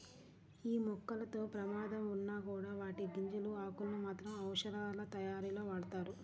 యీ మొక్కలతో ప్రమాదం ఉన్నా కూడా వాటి గింజలు, ఆకులను మాత్రం ఔషధాలతయారీలో వాడతారు